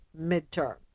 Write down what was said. midterm